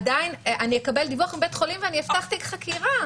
עדיין אני אקבל דיווח מבית חולים ואני אפתח תיק חקירה.